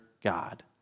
God